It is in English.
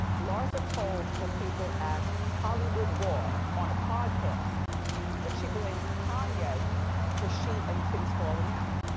larsa told the people at hollywood raw on a podcast that she blames kanye for she and kim's falling out.